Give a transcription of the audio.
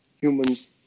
humans